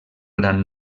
gran